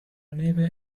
neve